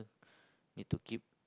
need to keep